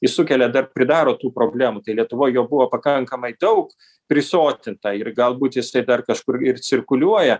jis sukelia dar pridaro tų problemų tai lietuvoj jo buvo pakankamai daug prisotinta ir galbūt jisai dar kažkur ir cirkuliuoja